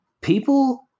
people